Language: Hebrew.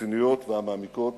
הרציניות והמעמיקות